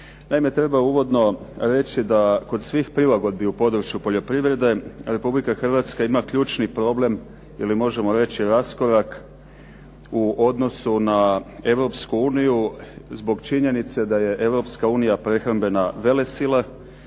Naime, treba uvodno reći da kod svih prilagodbi u području poljoprivrede Republika Hrvatska ima ključni problem ili možemo reći raskorak u odnosu na Europsku uniju zbog činjenice da je Europska unija prehrambena velesila,